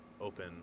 open